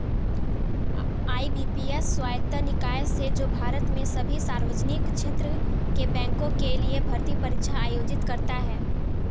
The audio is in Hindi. आई.बी.पी.एस स्वायत्त निकाय है जो भारत में सभी सार्वजनिक क्षेत्र के बैंकों के लिए भर्ती परीक्षा आयोजित करता है